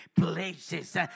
places